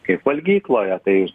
kaip valgykloje tai